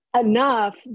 enough